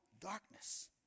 darkness